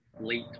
late